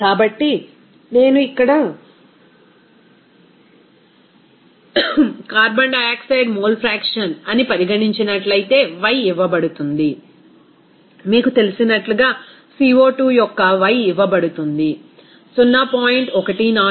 కాబట్టి నేను ఇక్కడ కార్బన్ డయాక్సైడ్ మోల్ ఫ్రాక్షన్ అని పరిగణించినట్లయితే y ఇవ్వబడుతుంది మీకు తెలిసినట్లుగా CO2 యొక్క Y ఇవ్వబడుతుంది 0